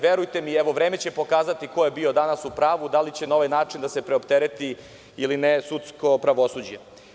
Verujte mi, vreme će pokazati ko je bio danas u pravu, da li će na ovaj način da se preoptereti ili ne sudsko pravosuđe.